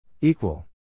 Equal